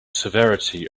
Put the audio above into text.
severity